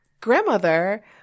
grandmother